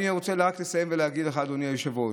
אני רוצה רק לסיים ולהגיד לך, אדוני היושב-ראש,